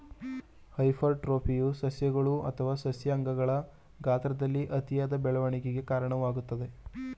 ಹೈಪರ್ಟ್ರೋಫಿಯು ಸಸ್ಯಗಳು ಅಥವಾ ಸಸ್ಯ ಅಂಗಗಳ ಗಾತ್ರದಲ್ಲಿ ಅತಿಯಾದ ಬೆಳವಣಿಗೆಗೆ ಕಾರಣವಾಗ್ತದೆ